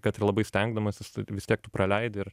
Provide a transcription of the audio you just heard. kad ir labai stengdamasis vis tiek tu praleidi ir